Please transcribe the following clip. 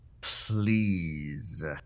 Please